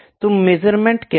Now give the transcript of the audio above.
तुम मेसुरंड क्या है